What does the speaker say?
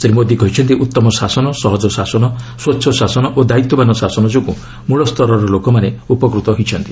ଶ୍ରୀ ମୋଦି କହିଛନ୍ତି ଉତ୍ତମ ଶାସନ ସହଜ ଶାସନ ସ୍ୱଚ୍ଚ ଶାସନ ଓ ଦାୟିତ୍ୱବାନ ଶାସନ ଯୋଗୁଁ ମୂଳ ସ୍ତରରେ ଲୋକମାନେ ଉପକୃତ ହୋଇଛନ୍ତି